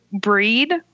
breed